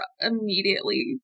immediately